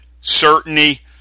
certainty